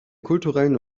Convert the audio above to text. kulturellen